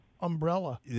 Umbrella